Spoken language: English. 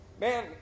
Man